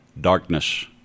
darkness